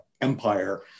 Empire